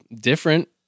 different